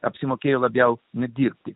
apsimokėjo labiau nudirbti